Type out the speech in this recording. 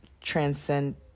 transcend